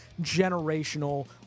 generational